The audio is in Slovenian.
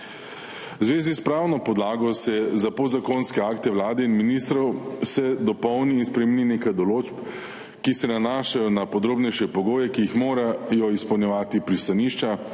zvezi s pravno podlago se za podzakonske akte Vlade in ministrov dopolni in spremeni nekaj določb, ki se nanašajo na podrobnejše pogoje, ki jih morajo izpolnjevati pristanišča,